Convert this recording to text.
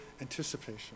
anticipation